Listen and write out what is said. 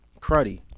Cruddy